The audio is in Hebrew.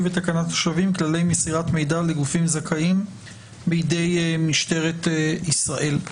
ותקנת השבים (כללי מסירת מידע לגופים זכאים בידי משטרת ישראל),